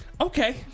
okay